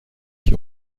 qui